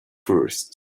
first